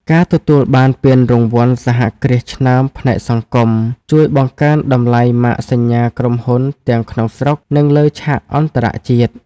ការទទួលបានពានរង្វាន់សហគ្រាសឆ្នើមផ្នែកសង្គម ជួយបង្កើនតម្លៃម៉ាកសញ្ញាក្រុមហ៊ុនទាំងក្នុងស្រុក និងលើឆាកអន្តរជាតិ។